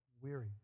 weary